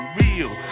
real